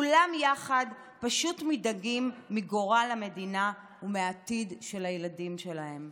כולם יחד פשוט מודאגים מגורל המדינה ומעתיד הילדים שלהם.